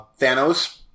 Thanos